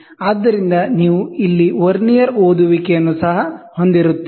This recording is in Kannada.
ಆದ್ದರಿಂದ ನೀವು ಇಲ್ಲಿ ವರ್ನಿಯರ್ ಓದುವಿಕೆಯನ್ನು ಸಹ ಹೊಂದಿರುತ್ತೀರಿ